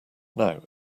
now